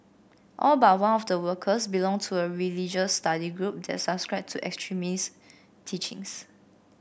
all but one of the workers belonged to a religious study group that subscribed to extremist teachings